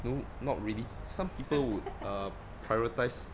no not really some people would err prioritise